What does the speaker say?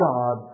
God